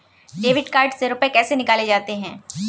Debit card से रुपये कैसे निकाले जाते हैं?